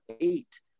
eight